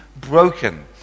broken